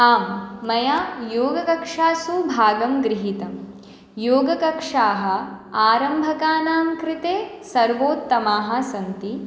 आम् मया योगकक्षासु भागं गृहीतम् योगकक्षाः आरम्भाकानां कृते सर्वोत्तमाः सन्ति